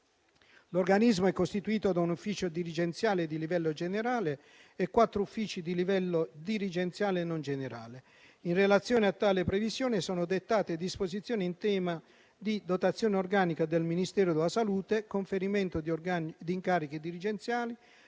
L'Organismo è costituito da un ufficio dirigenziale di livello generale e quattro uffici di livello dirigenziale non generale. In relazione a tale previsione, sono dettate disposizioni in tema di dotazione organica del Ministero della salute, conferimento di incarichi dirigenziali,